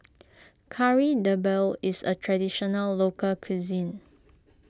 Kari Debal is a Traditional Local Cuisine